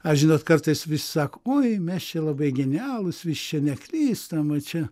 aš žinot kartais visi sako oi mes čia labai genialūs visi čia neklystam čia